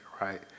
right